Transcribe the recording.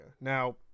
now